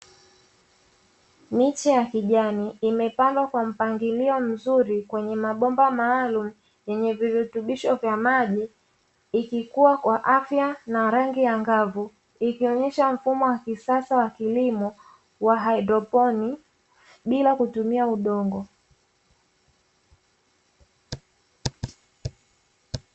Miche ya kijani imepangwa kwa mpangilio mzuri kwenye mabomba maalumu yenye virutubisho vya maji, ikikuwa kwa afya na rangi ya angavu ikionyesha mfumo wa kisasa wa kilimo wa haidroponik bila kutumia udongo.